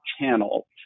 channels